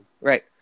Right